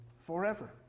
forever